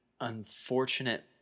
unfortunate